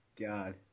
God